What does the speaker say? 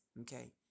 Okay